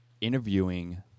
interviewing